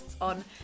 on